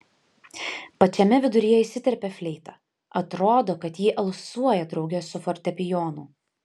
pačiame viduryje įsiterpia fleita atrodo kad ji alsuoja drauge su fortepijonu